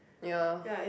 ya